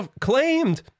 claimed